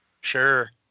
Sure